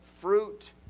fruit